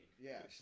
Yes